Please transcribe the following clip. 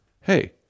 hey